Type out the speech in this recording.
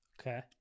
Okay